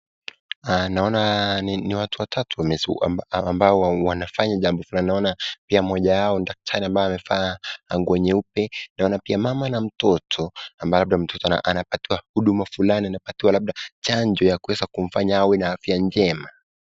Naona ni watu watatu ambao wanafanya jambo fulani, naona pia mmoja wao ni daktari ambaye amevaa nguo nyeupe, naona pia mama na mtoto ambaye labda mtoto anapatiwa huduma fulani anapatiwa labda chanjo ya kuweza kumfanya awe na afya njema.